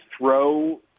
throw